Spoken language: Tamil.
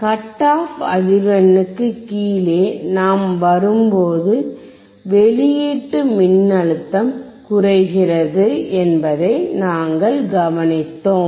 கட் ஆஃப் அதிவெண்ணுக்கு கீழே நாம் வரும்போது வெளியீட்டு மின்னழுத்தம் குறைகிறது என்பதை நாங்கள் கவனித்தோம்